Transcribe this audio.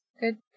Good